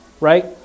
right